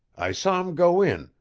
i saw him go in,